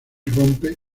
rompe